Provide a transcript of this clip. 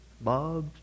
Bob